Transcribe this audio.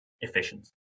efficient